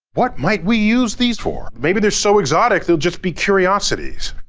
what might we use these for? maybe they're so exotic they'll just be curiosities?